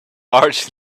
arch